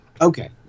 Okay